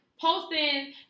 posting